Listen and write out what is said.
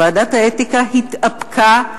ועדת האתיקה התאפקה,